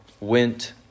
went